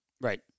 Right